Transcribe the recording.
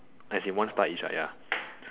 as in like one star each ya